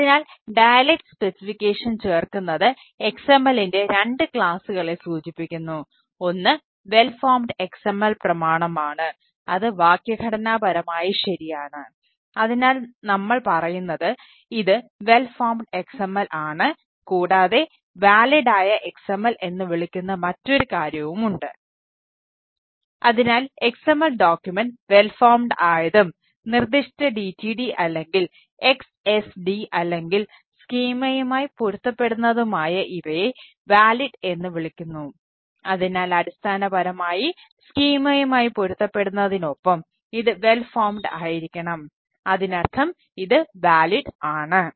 അതിനാൽ dialect specification ആണ്